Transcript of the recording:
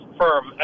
firm